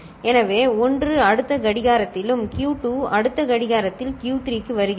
எனவே 1 அடுத்த கடிகாரத்திலும் Q2 அடுத்த கடிகாரத்தில் Q3 க்கு வருகிறது